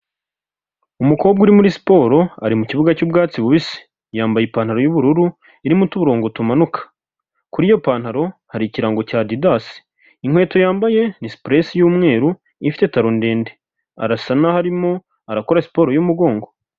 Umukobwa uri muri siporo ari mu kibuga cy'ubwatsi bubisi, yambaye ipantaro y'ubururu irimo uturongo tumanuka, kuri iyo pantaro hari ikirango cya adidasi, inkweto yambaye ni sipuresi y'umweru, ifite taro ndende, arasa naho arimo arakora siporo y'umugongo.